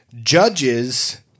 judges